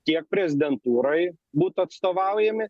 tiek prezidentūroj būtų atstovaujami